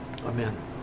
Amen